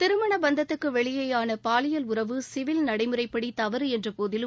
திருமண பந்தத்துக்கு வெளியேயான பாலியல் உறவு சிவில் நடைமுறைப்படி தவறு என்றபோதிலும்